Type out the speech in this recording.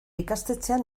ikastetxean